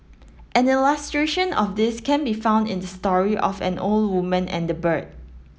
an illustration of this can be found in the story of an old woman and the bird